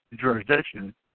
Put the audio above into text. jurisdiction